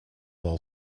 all